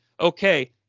okay